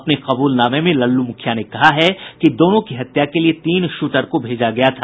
अपने कबूलनामे में लल्लू मुखिया ने कहा है कि दोनों की हत्या के लिये तीन शूटर को भेजा गया था